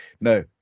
no